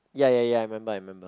ya ya ya I remember I remember